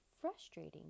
frustrating